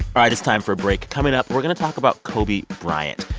right, it's time for a break. coming up, we're going to talk about kobe bryant.